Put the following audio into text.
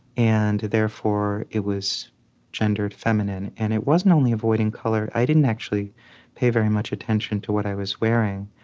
and therefore, it was gendered feminine. and it wasn't only avoiding color i didn't actually pay very much attention to what i was wearing.